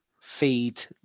Feed